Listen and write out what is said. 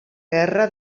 guerra